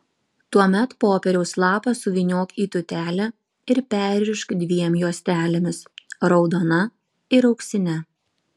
tuomet popieriaus lapą suvyniok į tūtelę ir perrišk dviem juostelėmis raudona ir auksine